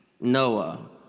Noah